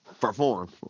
perform